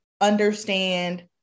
understand